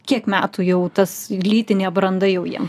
kiek metų jau tas lytinė branda jau jiem